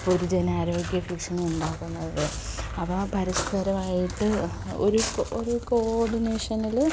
പൊതുജനാരോഗ്യ പ്രശ്നമുണ്ടാക്കുന്നത് അവ പരസ്പരമായിട്ട് ഒരു ഒരു കോഡിനേഷനിൽ